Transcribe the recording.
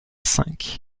cinq